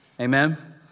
Amen